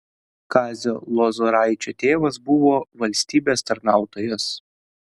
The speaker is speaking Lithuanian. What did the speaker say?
kazio lozoraičio tėvas buvo valstybės tarnautojas